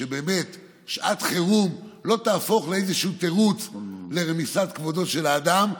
ששעת חירום לא תהפוך לאיזשהו תירוץ לרמיסת כבודו של האדם,